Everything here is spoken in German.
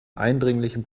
eindringlichen